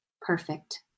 perfect